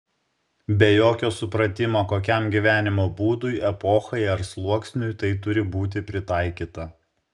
be jokio supratimo kokiam gyvenimo būdui epochai ar sluoksniui tai turi būti pritaikyta